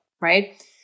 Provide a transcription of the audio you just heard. Right